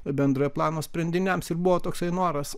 bendrojo plano sprendiniams ir buvo toksai noras